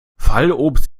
fallobst